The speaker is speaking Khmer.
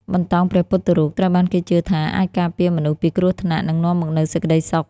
បន្តោងព្រះពុទ្ធរូបត្រូវបានគេជឿថាអាចការពារមនុស្សពីគ្រោះថ្នាក់ និងនាំមកនូវសេចក្ដីសុខ។